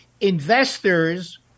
Investors